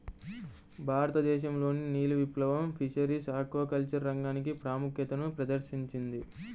భారతదేశంలోని నీలి విప్లవం ఫిషరీస్ ఆక్వాకల్చర్ రంగానికి ప్రాముఖ్యతను ప్రదర్శించింది